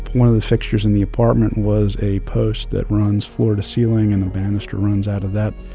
one of the fixtures in the apartment was a post that runs floor to ceiling and a banister runs out of that.